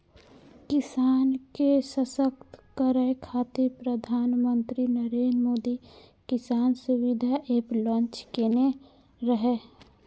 किसान के सशक्त करै खातिर प्रधानमंत्री नरेंद्र मोदी किसान सुविधा एप लॉन्च केने रहै